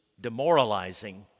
demoralizing